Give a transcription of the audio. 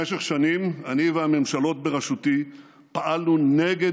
במשך שנים אני והממשלות בראשותי פעלנו נגד